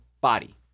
body